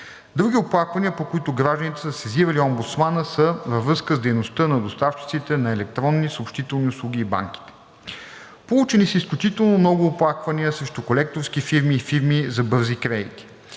Други оплаквания, по които гражданите са сезирали омбудсмана, са във връзка с дейността на доставчиците на електронни съобщителни услуги и банките. Получени са изключително много оплаквания срещу колекторски фирми и фирми за бързи кредити.